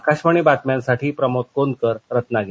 आकाशवाणी बातम्यांसाठी प्रमोद कोनकर रत्नागिरी